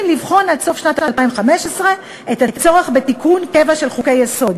לבחון עד סוף שנת 2015 את הצורך בתיקון קבע של חוקי-יסוד.